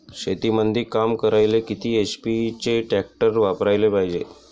शेतीमंदी काम करायले किती एच.पी चे ट्रॅक्टर वापरायले पायजे?